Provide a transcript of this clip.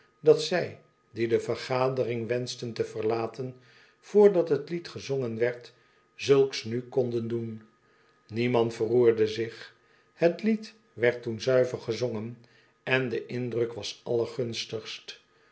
dat zij die de vergadering wenschten te verlaten vrdat t lied gezongen werd zulks nu konden doen niemand verroerde zich het lied werd toen zuiver gezongen en de indruk was